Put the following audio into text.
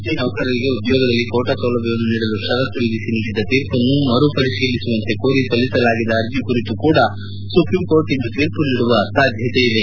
T ನೌಕರಂಗೆ ಉದ್ಯೋಗದಲ್ಲಿ quota ಸೌಲಭ್ಯವನ್ನು ನೀಡಲು ಷರತ್ತು ವಿಧಿಸಿ ನೀಡಿದ್ದ ತೀರ್ಪನ್ನು ಮರು ಪರಿಶೀಲಿಸುವಂತೆ ಕೋರಿ ಸಲ್ಲಿಸಲಾಗಿದ್ಲ ಅರ್ಜಿ ಕುರಿತು ಸಹ ಸುಪ್ರೀಂ ಕೋರ್ಟ್ ಇಂದು ತೀರ್ಮ ನೀಡುವ ಸಾಧ್ಯತೆಯಿದೆ